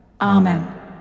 Amen